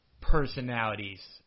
personalities